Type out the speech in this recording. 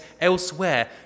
elsewhere